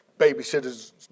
Babysitter's